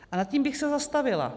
A nad tím bych se zastavila.